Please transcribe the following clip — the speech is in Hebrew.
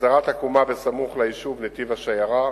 הסדרת עקומה בסמוך ליישוב נתיב-השיירה,